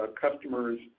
customers